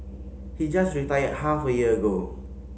he just retired half a year ago